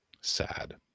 Sad